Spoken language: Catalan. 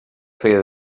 feia